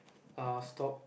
uh stop